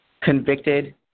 convicted